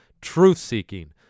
truth-seeking